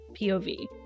POV